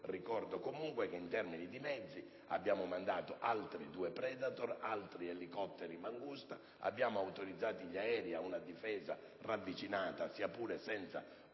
ricordo comunque che abbiamo mandato altri due "Predator" ed altri elicotteri "Mangusta", abbiamo autorizzato gli aerei ad una difesa ravvicinata, sia pure senza